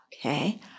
Okay